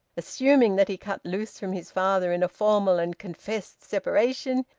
assuming that he cut loose from his father, in a formal and confessed separation,